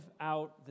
out